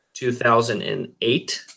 2008